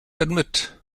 admit